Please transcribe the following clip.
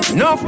no